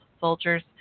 soldiers